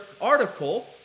article